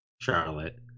Charlotte